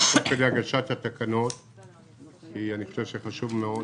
תוך כדי הגשת התקנות, כי אני חושב שחשוב מאוד